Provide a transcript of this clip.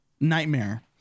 nightmare